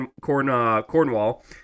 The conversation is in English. Cornwall